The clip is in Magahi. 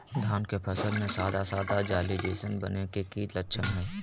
धान के फसल में सादा सादा जाली जईसन बने के कि लक्षण हय?